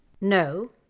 No